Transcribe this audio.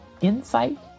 insight